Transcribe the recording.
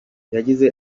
yagize